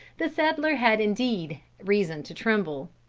the settler had indeed reason to tremble.